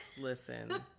Listen